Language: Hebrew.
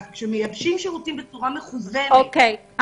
כשמייבשים שירותים בצורה מכוונת ואחר כך --- אוקיי,